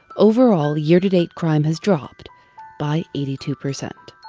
overall year-to-date crime has dropped by eighty two percent.